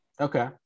Okay